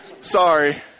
Sorry